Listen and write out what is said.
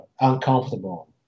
uncomfortable